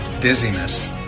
dizziness